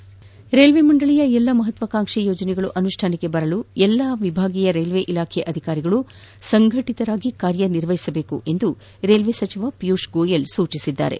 ರ್ಮೆಲ್ಲೆ ಮಂಡಳಿಯ ಎಲ್ಲ ಮಹತ್ಲಾಕಾಂಕ್ಸಿ ಯೋಜನೆಗಳು ಅನುಷ್ಡಾನಕ್ಕೆ ಬರಲು ಎಲ್ಲ ವಿಭಾಗೀಯ ರೈಲ್ಲೆ ಇಲಾಖೆ ಅಧಿಕಾರಿಗಳು ಸಂಘಟಿತರಾಗಿ ಕಾರ್ಯ ನಿರ್ವಹಿಸಬೇಕು ಎಂದು ರೈಲ್ಲೆ ಸಚಿವ ಪಿಯೂಷ್ ಗೋಯಲ್ ಸೂಚನೆ ನೀಡಿದ್ದಾರೆ